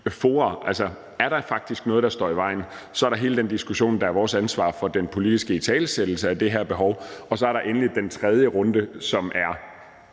fora. Altså, er der faktisk noget, der står i vejen? Så er der hele den diskussion, der er vores ansvar, altså den politiske italesættelse af det her behov. Og så er der endelig den tredje runde, som er